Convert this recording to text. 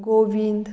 Govind